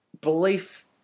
belief